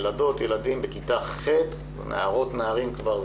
ילדות וילדים בכיתה ח' הם נערות נערים כבר,